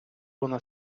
вона